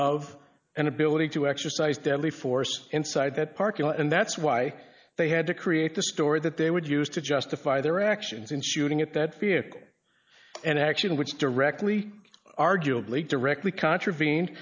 of an ability to exercise deadly force inside that park and that's why they had to create the story that they would use to justify their actions in shooting at that fear and action which directly arguably directly contravene